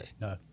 No